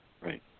Right